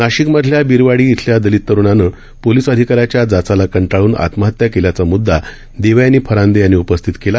नाशिक मधल्या बिरवाडी इथल्या दलित तरुणानं पोलीस अधिकाऱ्याच्या जाचाला कंटाळन आत्महत्या केल्याचा मुददा देवयानी फरांदे यांनी उपस्थित केला